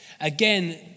Again